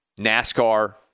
NASCAR